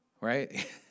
right